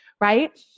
right